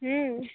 हाँ